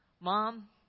Mom